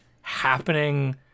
happening